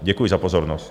Děkuji za pozornost.